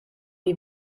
die